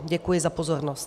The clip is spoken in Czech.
Děkuji za pozornost.